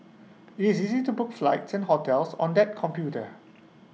IT is easy to book flights and hotels on that computer